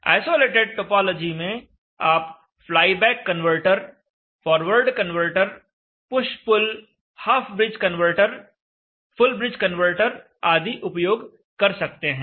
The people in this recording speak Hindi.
आइसोलेटेड टोपोलॉजी में आप flyback converter forward converter push pull half bridge converter full bridge converter आदि उपयोग कर सकते हैं